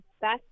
best